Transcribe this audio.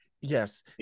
yes